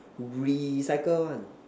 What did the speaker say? recycle one